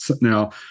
now